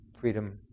freedom